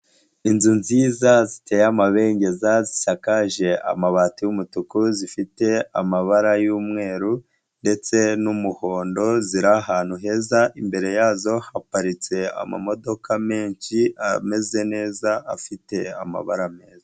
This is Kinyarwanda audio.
Inzu nziza ziteye amabengeza, zisakaje amabati y'umutuku, zifite amabara y'umweru ndetse n'umuhondo, ziri ahantu heza, imbere yazo haparitse amamodoka menshi, ameze neza afite amabara meza.